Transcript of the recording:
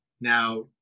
now